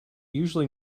usually